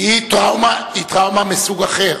היא טראומה מסוג אחר.